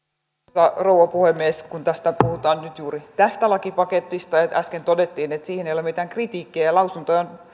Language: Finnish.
arvoisa rouva puhemies kun puhutaan nyt juuri tästä lakipaketista ja äsken todettiin että siihen ei ole mitään kritiikkiä ja että lausuntoja on